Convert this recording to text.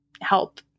help